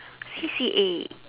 C_C_A